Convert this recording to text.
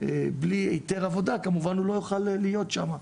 בלי היתר עבודה הוא לא יוכל להיות שם,